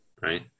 Right